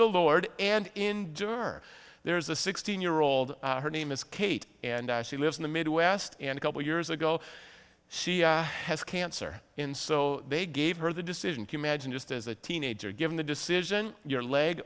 the lord and endure there's a sixteen year old her name is kate and ashley lives in the midwest and a couple years ago she has cancer and so they gave her the decision commands and just as a teenager given the decision your leg